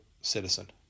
citizen